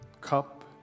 cup